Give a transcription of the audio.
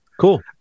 Cool